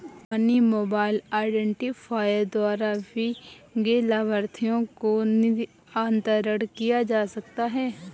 money mobile identifier द्वारा भी गैर लाभार्थी को निधि अंतरण किया जा सकता है